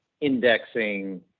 indexing